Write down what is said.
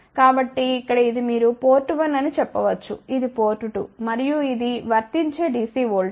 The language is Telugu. కాబట్టి ఇక్కడ ఇది మీరు పోర్ట్ 1 అని చెప్పవచ్చు ఇది పోర్ట్ 2 మరియు ఇది వర్తించే DC ఓల్టేజ్